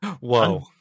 whoa